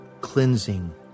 cleansing